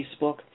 Facebook